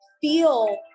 Feel